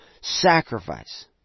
Sacrifice